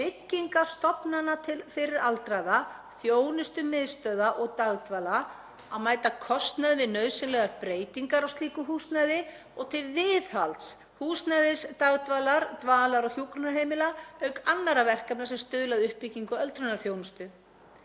byggingar stofnana fyrir aldraða, þjónustumiðstöðva og dagdvala, að mæta kostnaði við nauðsynlegar breytingar á slíku húsnæði og til viðhalds húsnæðis dagdvalar-, dvalar- og hjúkrunarheimila, auk annarra verkefna sem stuðla að uppbyggingu öldrunarþjónustu.“